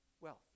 wealth